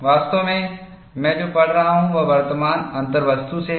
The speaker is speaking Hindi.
वास्तव में मैं जो पढ़ रहा हूं वह वर्तमान अंतर्वस्तु से है